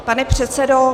Pane předsedo...